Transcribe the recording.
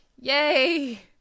Yay